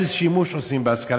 איזה שימוש עושים בהשכלה.